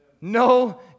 No